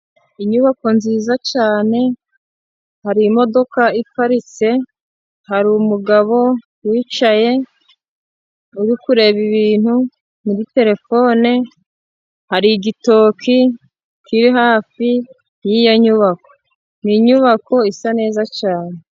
Inyubako nziza cyane, hari imodoka iparitse, hari umugabo wicaye uri kureba ibintu muri telefone, hari igitoki kiri hafi y'iyo nyubako, inyubako isa neza cyane.